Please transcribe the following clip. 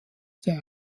der